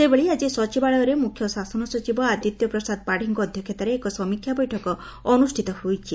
ସେହିଭଳି ଆକି ସଚିବାଳୟରେ ମୁଖ୍ୟଶାସନ ସଚିବ ଆଦିତ୍ୟ ପ୍ରସାଦ ପାତ୍ୀଙ୍କ ଅଧ୍ୟକ୍ଷତାରେ ଏକ ସମୀକ୍ଷା ବୈଠକ ଅନୁଷିତ ହୋଇଛି